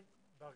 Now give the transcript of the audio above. בארגנטינה.